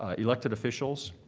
ah elected officials,